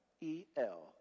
E-L